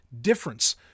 difference